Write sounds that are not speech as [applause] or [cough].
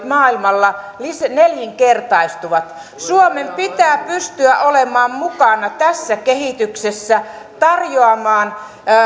[unintelligible] maailmalla nelinkertaistuvat suomen pitää pystyä olemaan mukana tässä kehityksessä tarjoa maan